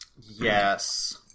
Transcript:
Yes